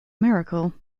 miracle